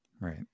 right